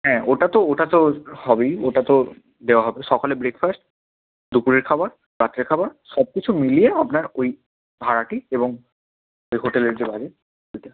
হ্যাঁ ওটা তো ওটা তো হবেই ওটা তো দেওয়া হবে সকালে ব্রেকফাস্ট দুপুরের খাবার রাত্রের খাবার সব কিছু মিলিয়ে আপনার ওই ভাড়াটি এবং ওই হোটেলের যে লাগে ওইটা